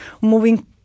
moving